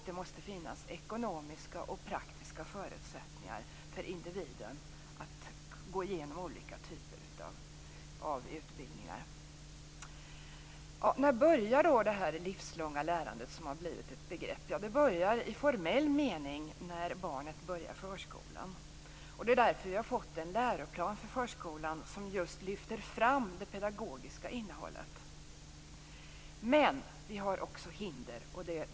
Det måste finnas ekonomiska och praktiska förutsättningar för individen att gå igenom olika typer av utbildningar. När börjar då det livslånga lärande som har blivit ett begrepp? Det börjar i formell mening när barnet börjar förskolan. Därför har vi fått en läroplan för förskolan som lyfter fram det pedagogiska innehållet. Men vi har också hinder.